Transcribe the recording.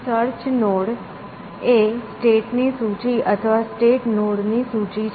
search node એ state ની સૂચિ અથવા સ્ટેટ નોડ ની સૂચિ છે